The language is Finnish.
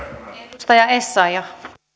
arvoisa rouva